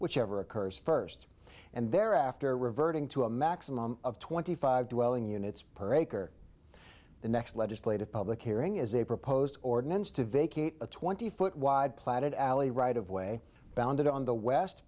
whichever occurs first and thereafter reverting to a maximum of twenty five dwelling units per acre the next legislative public hearing is a proposed ordinance to vacate a twenty foot wide platted alley right of way bounded on the west